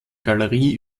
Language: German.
galerie